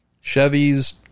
Chevy's